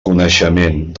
coneixement